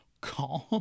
calm